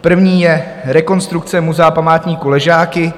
První je rekonstrukce muzea a památníku Ležáky.